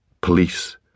Police